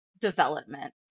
development